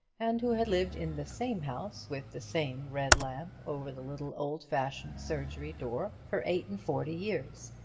and who had lived in the same house, with the same red lamp over the little old-fashioned surgery-door, for eight-and-forty years,